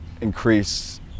increase